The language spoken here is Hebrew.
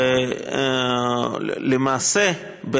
למעשה,